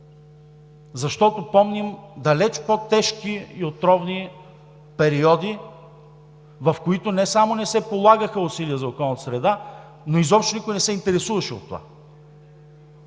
защото помним далеч по-тежки и отровни периоди, в които не само не се полагаха усилия за околната среда, но изобщо никой не се интересуваше от това.